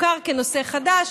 שמוכר כנושא חדש.